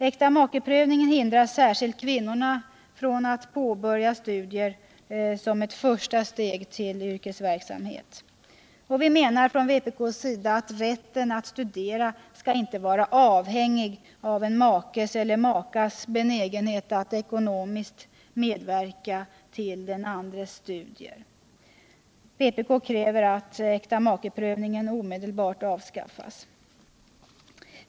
Äktamakeprövningen hindrar särskilt kvinnorna att påbörja studier som ett första steg på väg till yrkesverksamhet. Vi menar från vpk:s sida att rätten till att studera skall inte vara avhängig makes eller makas benägenhet att ekonomiskt medverka till den andres studier. Vpk kräver att äktamakeprövningen omedelbart avskaffas.